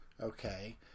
okay